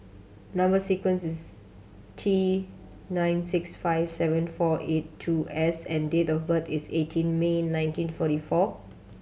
number sequence is T nine six five seven four eight two S and date of birth is eighteen May nineteen forty four